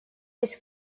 есть